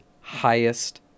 highest